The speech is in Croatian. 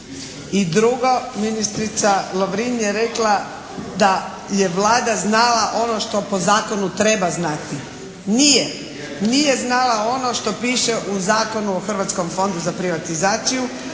I drugo, ministrica Lovrin je rekla da je Vlada znala ono što po zakonu treba znati. Nije, nije znala ono što piše u Zakonu o Hrvatskom fondu za privatizaciju